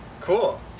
Cool